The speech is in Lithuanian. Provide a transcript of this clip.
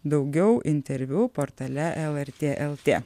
daugiau interviu portale lrt lt